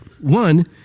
One